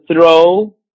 throw